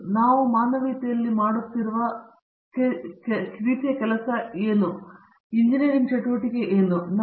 ಆದ್ದರಿಂದ ನಾವು ಮಾನವೀಯತೆಗಳಲ್ಲಿ ಮಾಡುತ್ತಿರುವ ರೀತಿಯ ಕೆಲಸವು ಹೇಳುವುದೇನೆಂದರೆ ಎಂಜಿನಿಯರಿಂಗ್ ಚಟುವಟಿಕೆ ಏನು ಹೌದು